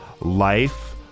life